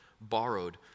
borrowed